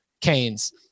Canes